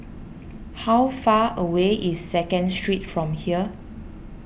how far away is Second Street from here